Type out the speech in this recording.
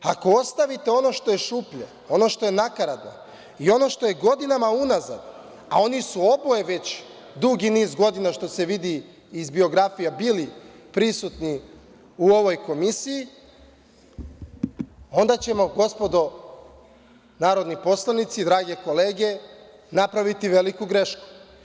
Ako ostavite ono što je šuplje, ono što je nakaradno i ono što je godinama unazad, a oni su oboje već dugi niz godina, što se vidi iz biografija, bili prisutni u ovoj Komisiji, onda ćemo, gospodo narodni poslanici, drage kolege, napraviti veliku grešku.